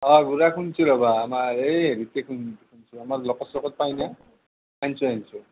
অঁ গুড়া খুন্দচি ৰ'বা আমাৰ এই হেৰিতে খুন্দচি আমাৰ লোকেল চ'কত পাই না আনছো আনছো